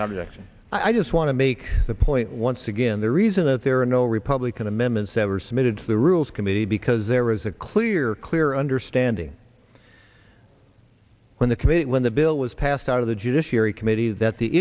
object i just want to make the point once again the reason that there are no republican amendments ever submitted to the rules committee because there was a clear clear understanding when the committee when the bill was passed out of the judiciary committee that the